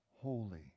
holy